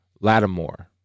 Lattimore